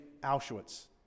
Auschwitz